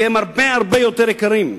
כי הם הרבה-הרבה יותר יקרים.